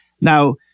Now